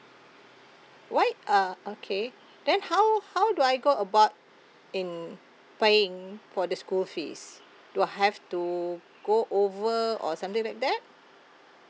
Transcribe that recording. why uh okay then how how do I go about in paying for the school fees do I have to go over or something like that